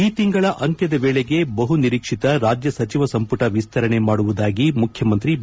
ಈ ತಿಂಗಳ ಅಂತ್ವದ ವೇಳೆಗೆ ಬಹು ನಿರೀಕ್ಷಿತ ರಾಜ್ವ ಸಚಿವ ಸಂಮಟ ವಿಸ್ತರಣೆ ಮಾಡವುದಾಗಿ ಮುಖ್ಯಮಂತ್ರಿ ಬಿ